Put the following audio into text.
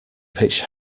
pitched